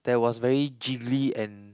that was very jiggly and